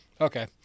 Okay